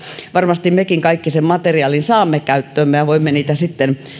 varmasti mekin kaikki sen materiaalin saamme käyttöömme ja voimme sitä sitten